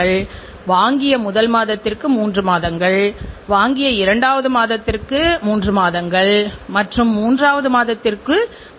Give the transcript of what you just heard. ஆனால் வாடிக்கையாளரால் விரும்பப்பட்ட ஒனிடா தயாரிப்பு சில ஆண்டுகளுக்கு முன்புவரை இருந்தசந்தைப் பங்களிப்பு மாறிவிட்டது